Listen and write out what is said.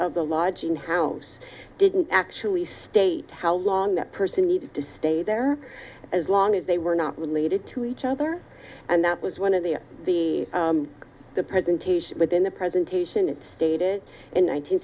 of the lodging house didn't actually state how long that person needed to stay there as long as they were not related to each other and that was one of the the the presentation within the presentation it stated in